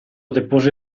depose